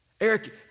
Eric